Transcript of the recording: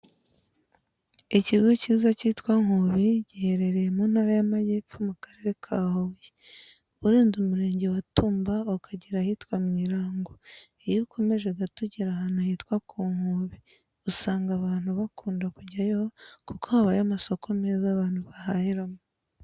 Ikigo cyiza cyitwa Nkubi, giherereye mu Ntara y'Amajyepfo mu Karere ka Huye, urenze umurenge wa Tumba ukagera ahitwa mu Irango, iyo ukomeje gato ugera ahantu hitwa ku Nkubi, usanga abantu bakunda kujyayo kuko habayo amasoko meza abantu bahahiramo.